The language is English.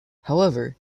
however